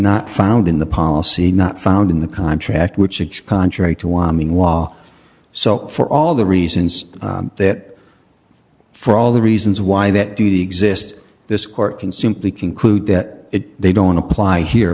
not found in the policy not found in the contract which six contrary to what i mean wall so for all the reasons that for all the reasons why that duty exists this court can simply conclude that they don't apply here